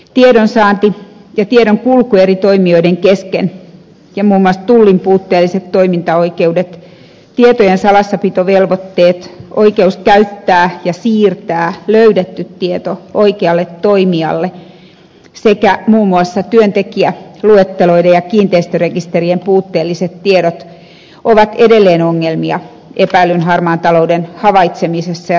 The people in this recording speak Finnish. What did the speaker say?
tiedonsaanti ja tiedonkulku eri toimijoiden kesken ja muun muassa tullin puutteelliset toimintaoikeudet tietojen salassapitovelvoitteet oikeus käyttää ja siirtää löydetty tieto oikealle toimijalle sekä muun muassa työntekijäluetteloiden ja kiinteistörekisterien puutteelliset tiedot ovat edelleen ongelmia epäillyn harmaan talouden havaitsemisessa ja tutkinnassa